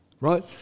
right